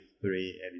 three